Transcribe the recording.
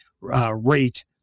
rate